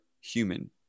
human